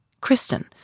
Kristen